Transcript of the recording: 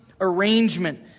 arrangement